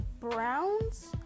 browns